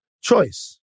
choice